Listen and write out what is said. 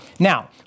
Now